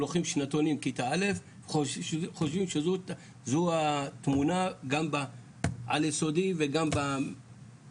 הם לוקחים שנתונים כיתה א' חושבים שזו התמונה גם בעל יסודי וגם בהמשך,